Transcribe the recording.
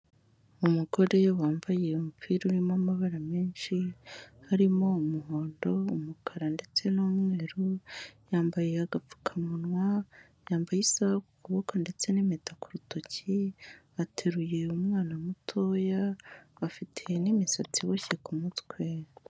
Umugore wambaye umupira urimo amabara menshi, harimo umuhondo umukara ndetse n'umweru, yambaye agapfukamunwa, yambaye isaha ku kuboko ndetse n'impeta ku rutoki, ateruye umwana mutoya, afite n'imisatsi iboshye ku mutwe.